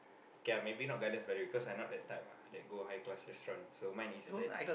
k ah maybe not Gardens-By-The-Bay cause I not that type ah that go high class restaurant so mine is like